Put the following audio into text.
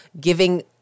giving